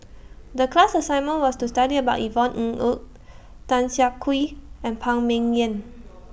The class assignment was to study about Yvonne Ng Uhde Tan Siah Kwee and Phan Ming Yen